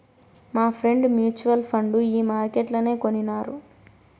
మాఫ్రెండ్ mutual fund ఈ మార్కెట్లనే కొనినారు